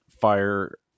fire